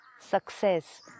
Success